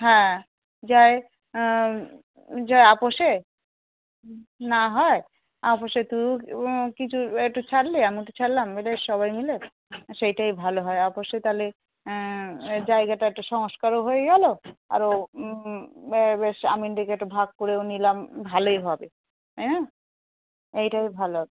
হ্যাঁ যাই যাই আপোষে না হয় আপোষে তুইও কিছু একটু ছাড়লি আমিও একটু ছাড়লাম মিলে সবাই মিলে সেইটাই ভালো হয় আপোষে তাহলে এই জায়গাটা একটা সংস্কারও হয়ে গেলো আরও বেশ আমিন ডেকে একটা ভাগ করেও নিলাম ভালোই হবে অ্যাঁ এইটা ভালো